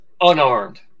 unarmed